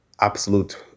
absolute